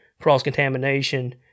cross-contamination